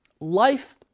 Life